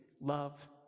love